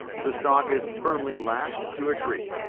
the stock is firmly lashed to a tree,